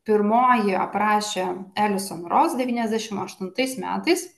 pirmoji aprašė elison ros devyniasdešimt aštuntais metais